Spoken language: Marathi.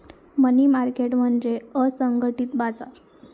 मनी मार्केट म्हणजे असंघटित बाजार